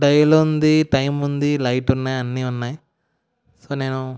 dial ఉంది time ఉంది light ఉన్నాయి అన్నీ ఉన్నాయి సో నేను